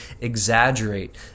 exaggerate